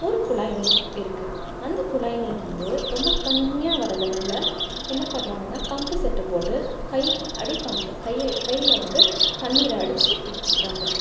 ஒரு குழாய் நீர் இருக்குது அந்த குழாய் நீர் வந்து ரொம்ப கம்மியாக வரதுனால என்ன பண்ணுறாங்கன்னா பம்ப் செட் போட்டு கை அடி பம்ப் கையி கையில் வந்து தண்ணீரை அடித்து பிடிச்சிக்கிறாங்க